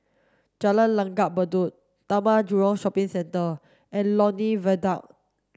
Jalan Langgar Bedok Taman Jurong Shopping Centre and Lornie Viaduct